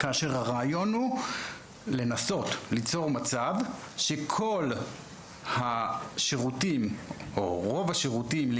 כאשר הרעיון הוא לנסות ליצור מצב בו כל השירותים או מרביתם,